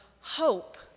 hope